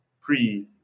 pre